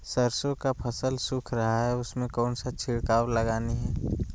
सरसो का फल सुख रहा है उसमें कौन सा छिड़काव लगानी है?